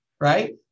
right